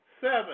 seven